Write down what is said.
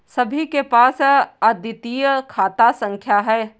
सभी के पास अद्वितीय खाता संख्या हैं